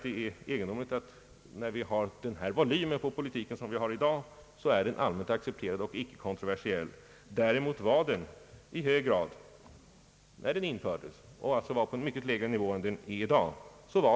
Däremot var den i hög grad kontroversiell när den infördes och var på en mycket lägre nivå än den är i dag.